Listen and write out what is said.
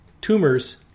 Tumors